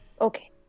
Okay